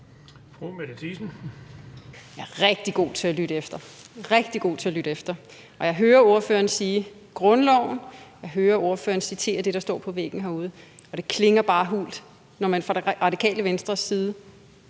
Jeg er rigtig god til at lytte efter, og jeg hører ordføreren nævne grundloven, og jeg hører ordføreren citere det, der står på væggen herude. Og det klinger bare hult, når man fra Det Radikale Venstres side